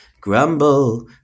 Grumble